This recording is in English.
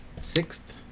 sixth